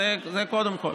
זה קודם כול.